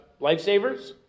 lifesavers